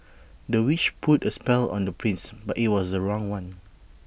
the witch put A spell on the prince but IT was the wrong one